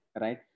right